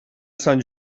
sant